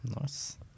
Nice